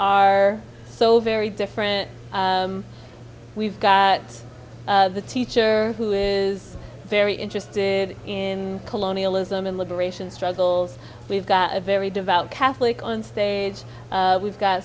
are so very different we've got a teacher who is very interested in colonialism and liberation struggle we've got a very devout catholic on stage we've got